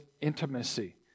intimacy